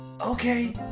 Okay